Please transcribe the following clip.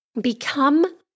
become